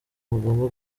bagomba